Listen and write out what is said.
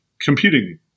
computing